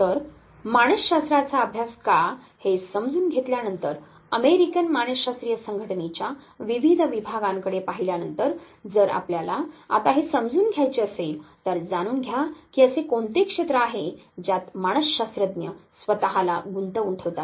तर मानसशास्त्राचा अभ्यास का हे समजून घेतल्यानंतर अमेरिकन मानसशास्त्रीय संघटनेच्या विविध विभागांकडे पाहिल्यानंतर जर आपल्याला आता हे समजून घ्यायचे असेल तर जाणून घ्या की असे कोणते क्षेत्र आहे ज्यात मानसशास्त्रज्ञ स्वतःला गुंतवुन ठेवतात